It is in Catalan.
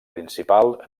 principal